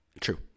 True